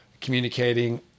communicating